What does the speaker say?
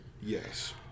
Yes